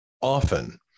often